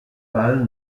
balle